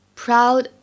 proud